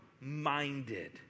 minded